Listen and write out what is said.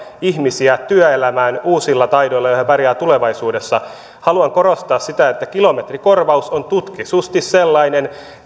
ihmisiä työelämään uusilla taidoilla ja he pärjäävät tulevaisuudessa haluan korostaa sitä että kilometrikorvaus on tutkitusti sellainen